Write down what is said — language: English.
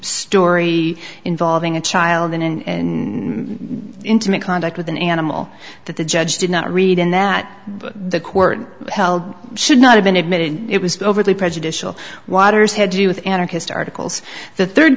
story involving a child and in intimate contact with an animal that the judge did not read in that the court held should not have been admitted it was overly prejudicial waters had to do with anarchist articles the third